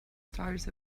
stars